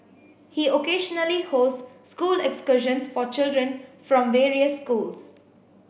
he occasionally hosts school excursions for children from various schools